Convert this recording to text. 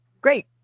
great